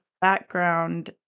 background